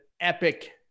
epic